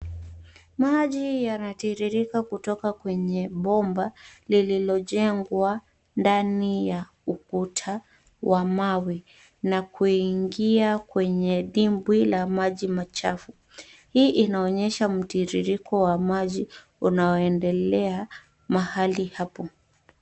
Maji yanatiririka kutoka kwenye bomba lililojengwa ndani ya ukuta wa mawe na kuingia kwenye dimbwi la maji machafu hii inaonyesha mtiririko wa maji unaoendelea mahali hapo.